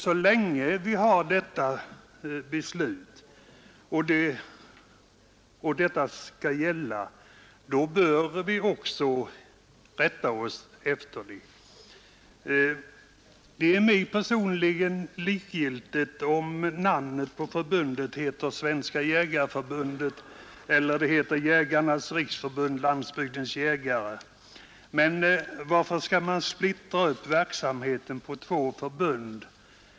Så länge som detta beslut gäller bör vi också rätta oss efter det. Det är mig personligen likgiltigt om namnet på förbundet är Svenska jägareförbundet eller Jägarnas riksförbund-Landsbygdens jägare, men varför skall man splittra upp verksamheten på två förbund?